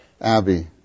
Abby